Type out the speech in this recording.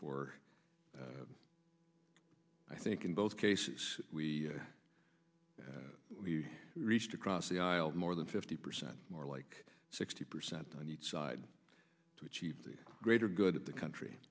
for i think in both cases we reached across the aisle more than fifty percent more like sixty percent on each side to achieve the greater good of the country